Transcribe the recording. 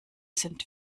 sind